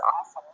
awesome